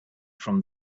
from